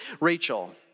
Rachel